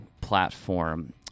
platform